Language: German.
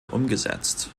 umgesetzt